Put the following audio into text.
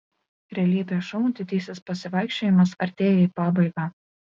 realybės šou didysis pasivaikščiojimas artėja į pabaigą